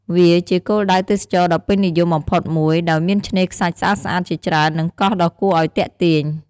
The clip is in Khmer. វាជាគោលដៅទេសចរណ៍ដ៏ពេញនិយមបំផុតមួយ ដោយមានឆ្នេរខ្សាច់ស្អាតៗជាច្រើន និងកោះដ៏គួរឱ្យទាក់ទាញ។